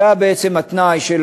זה היה בעצם התנאי של